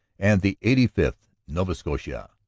and the eighty fifth, nova scotia.